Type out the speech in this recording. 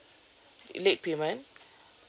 late payment